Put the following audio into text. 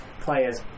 players